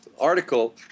article